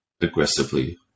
aggressively